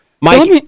Mike